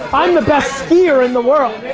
i'm the best skier in the world.